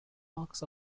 marks